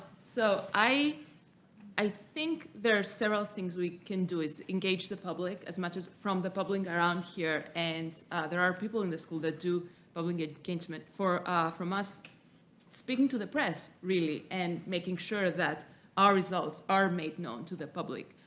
so i i think there are several things we can do is engage the public as much as from the public around here and there are people in the school that do bubbling attachment for from us speaking to the press really and making sure that our results are made known to the public